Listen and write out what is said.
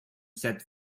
set